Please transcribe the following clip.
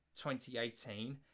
2018